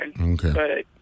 Okay